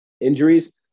injuries